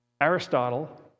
Aristotle